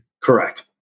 Correct